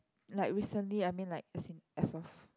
like recently I mean like as in as of